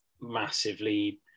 massively